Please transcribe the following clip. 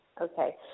okay